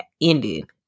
ended